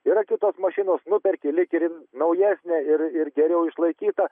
yra kitos mašinos nuperki lyg ir naujesnę ir ir geriau išlaikytą